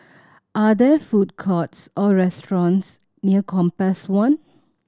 are there food courts or restaurants near Compass One